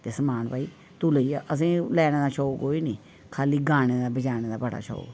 ते समान भाई तू लेई जा असें लैना दा कोई शौक निं खाल्ली गाने बज्जाने दा बड़ा शौक